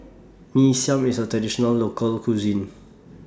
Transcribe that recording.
Mee Siam IS A Traditional Local Cuisine